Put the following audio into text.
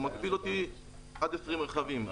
הוא מגביל אותי עד 20 רכבים.